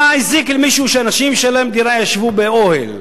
מה הזיק למישהו שאנשים שאין להם דירה ישבו באוהל?